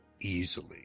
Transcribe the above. easily